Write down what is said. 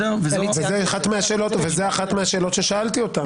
זו אחת מהשאלות ששאלתי אותם.